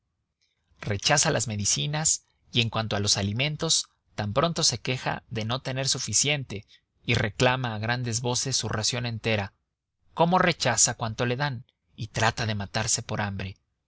rechaza las medicinas y en cuanto a los alimentos tan pronto se queja de no tener suficiente y reclama a grandes voces su ración entera como rechaza cuanto le dan y trata de matarse por hambre